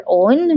own